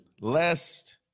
lest